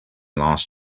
last